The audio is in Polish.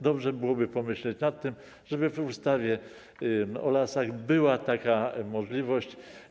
Dobrze byłoby pomyśleć nad tym, żeby w ustawie o lasach była taka możliwość.